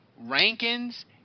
Rankins